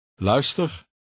Luister